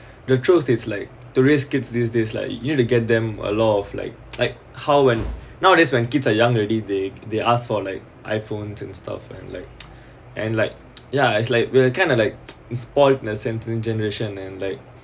the truth is like to raise kids these days like you need to get them a lot of like like how when nowadays when kids are young already they they ask for like Iphones and stuff and like and like ya it's like we're kinda like spoils in a sense this generation and like